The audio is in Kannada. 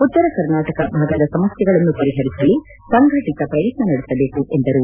ಉತ್ತರ ಕರ್ನಾಟಕ ಭಾಗದ ಸಮಸ್ಥೆಗಳನ್ನು ಪರಿಹರಿಸಲು ಸಂಘಟಿತ ಪ್ರಯತ್ನ ನಡೆಸಬೇಕು ಎಂದರು